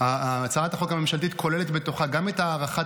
הצעת החוק הממשלתית כוללת בתוכה גם את הארכת